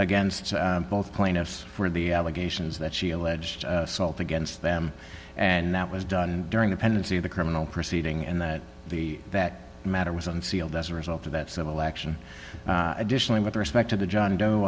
against both plaintiffs for the allegations that she alleged assault against them and that was done during the pendency of the criminal proceeding and that the that matter was unsealed as a result of that civil action additionally with respect to the john doe